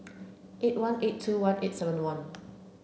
eight one eight two one eight seven one